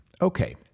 Okay